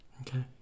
Okay